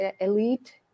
elite